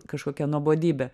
kažkokia nuobodybė